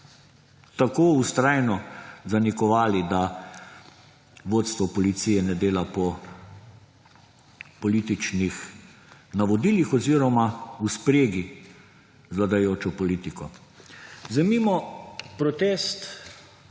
tako vztrajno zanikovali, da vodstvo policije ne dela po političnih navodilih oziroma v spregi z vladajočo politiko. Vzemimo protest